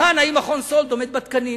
מה למדו בביולוגיה,